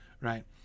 right